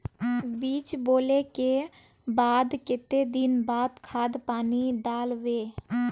बीज बोले के बाद केते दिन बाद खाद पानी दाल वे?